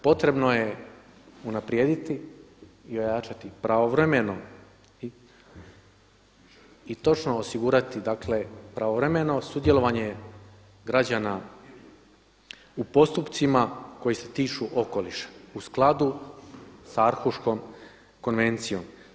Potrebno je unaprijediti i ojačati pravovremeno i točno osigurati, dakle pravovremeno sudjelovanje građana u postupcima koji se tiču okoliša u skladu sa Arhuškom konvencijom.